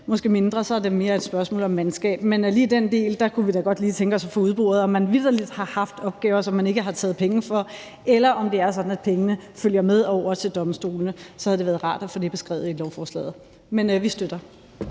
måske mindre; så er det mere et spørgsmål om mandskab. Men lige hvad angår den del, kunne vi da godt tænke os at få udboret, om man vitterlig har haft opgaver, som man ikke har taget penge for, eller om det er sådan, at pengene følger med over til domstolene. Det havde været rart at få det beskrevet i lovforslaget. Men vi støtter